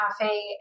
cafe